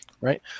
Right